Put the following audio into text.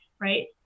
right